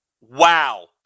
wow